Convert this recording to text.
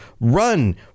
run